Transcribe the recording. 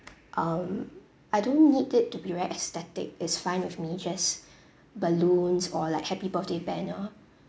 um I don't need it to be very aesthetic it's fine with me just balloons or like happy birthday banner